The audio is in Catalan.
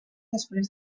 després